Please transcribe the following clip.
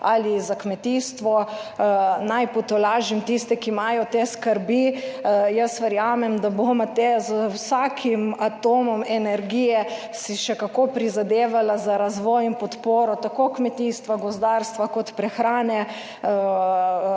ali za kmetijstvo. Naj potolažim tiste, ki imajo te skrbi, jaz verjamem, da bo Mateja z vsakim atomom energije si še kako prizadevala za razvoj in podporo, tako kmetijstva, gozdarstva kot prehrane,